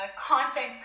content